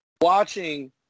watching